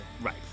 Right